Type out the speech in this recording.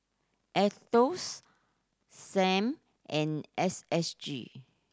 Aetos Sam and S S G